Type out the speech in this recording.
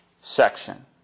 section